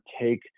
take